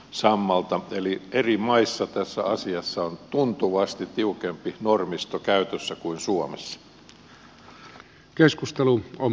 eli eri maissa tässä asiassa on tuntuvasti tiukempi normisto käytössä kuin suomessa